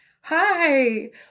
hi